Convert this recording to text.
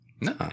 No